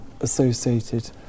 associated